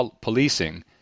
policing